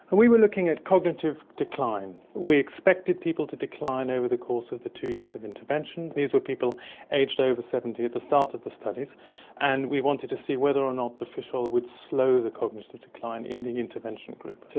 and we were looking at cognitive decline. we expected people to decline over the course of the two years of intervention. these were people aged over seventy at the start of the studies and we wanted to see whether or not the fish oil would slow the cognitive decline in the intervention group.